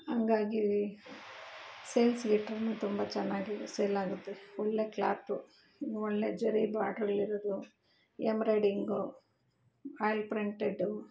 ಹಂಗಾಗಿ ಸೇಲ್ಸ್ಗೆ ಕಮ್ಮಿ ತುಂಬ ಚೆನ್ನಾಗಿ ಸೇಲಾಗುತ್ತೆ ಒಳ್ಳೆ ಕ್ಲಾತು ಒಳ್ಳೆ ಜರಿ ಬಾರ್ಡ್ರಲ್ಲಿರೋದು ಎಂಬ್ರೈಡಿಂಗು ಆಯ್ಲ್ ಪ್ರಿಂಟೆಡ್ಡು